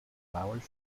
flowers